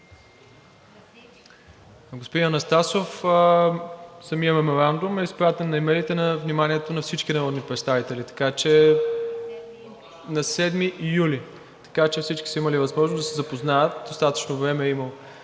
Господин Анастасов, самият меморандум е изпратен на имейлите на вниманието на всички народни представители на 7 юли, така че всички са имали възможност да се запознаят, достатъчно време е имало.